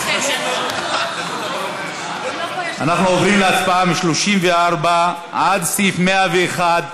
אנחנו עוברים להצבעה: מסעיף 34 עד סעיף 101,